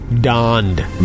Donned